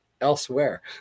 elsewhere